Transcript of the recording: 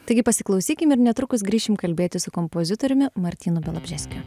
taigi pasiklausykim ir netrukus grįšim kalbėtis su kompozitoriumi martynu bialobžeskiu